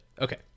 okay